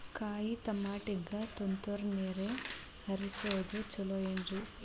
ಕಾಯಿತಮಾಟಿಗ ತುಂತುರ್ ನೇರ್ ಹರಿಸೋದು ಛಲೋ ಏನ್ರಿ?